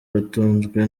batunzwe